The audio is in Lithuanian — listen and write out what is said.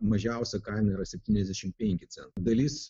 mažiausia kaina yra septyniasdešim penki centai dalis